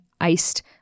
iced